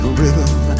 rhythm